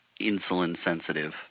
insulin-sensitive